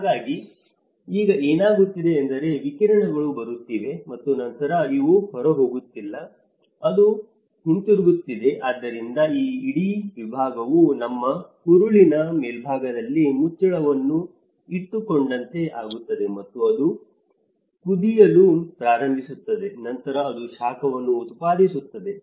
ಹಾಗಾಗಿ ಈಗ ಏನಾಗುತ್ತಿದೆ ಎಂದರೆ ವಿಕಿರಣಗಳು ಬರುತ್ತಿವೆ ಮತ್ತು ನಂತರ ಇವು ಹೊರಹೋಗುತ್ತಿಲ್ಲ ಅದು ಹಿಂತಿರುಗುತ್ತಿದೆ ಆದ್ದರಿಂದ ಈ ಇಡೀ ವಿಭಾಗವು ನಿಮ್ಮ ಕರುಳಿನ ಮೇಲ್ಭಾಗದಲ್ಲಿ ಮುಚ್ಚಳವನ್ನು ಇಟ್ಟುಕೊಂಡಂತೆ ಆಗುತ್ತದೆ ಮತ್ತು ಅದು ಕುದಿಯಲು ಪ್ರಾರಂಭಿಸುತ್ತದೆ ನಂತರ ಅದು ಶಾಖವನ್ನು ಉತ್ಪಾದಿಸುತ್ತದೆ